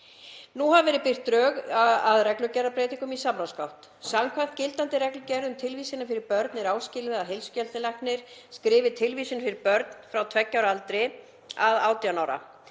Nú hafa verið birt drög að reglugerðarbreytingum í samráðsgátt. Samkvæmt gildandi reglugerð um tilvísanir fyrir börn er áskilið að heilsugæslulæknar skrifi tilvísun fyrir börn frá tveggja ára aldri að 18 ára